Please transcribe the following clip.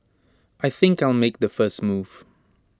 I think I'll make the first move